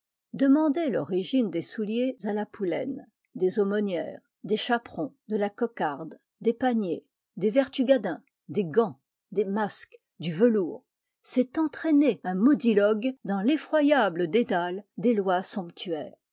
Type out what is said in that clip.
demander l'origine des souliers à la poulaine des aumônières des chaperons de la cocarde des paniers des vertugadins des gants des masques du velours c'est entraîner un modilogue dans l'effroyable dédale des lois somptuaires